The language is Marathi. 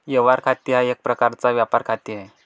व्यवहार खाते हा एक प्रकारचा व्यापार खाते आहे